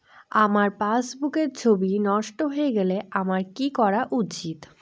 আমার পাসবুকের ছবি নষ্ট হয়ে গেলে আমার কী করা উচিৎ?